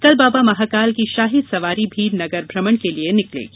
कल बाबा महाकाल की शाही सवारी भी नगर भ्रमण के लिये निकलेगी